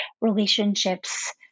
Relationships